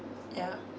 ya